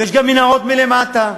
ויש גם מנהרות מלמטה.